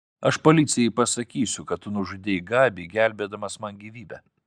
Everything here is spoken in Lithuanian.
aš policijai pasakysiu kad tu nužudei gabį gelbėdamas man gyvybę